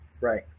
Right